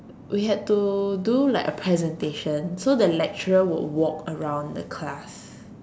we had to do like a presentation so the lecturer would walk around the class